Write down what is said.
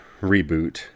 reboot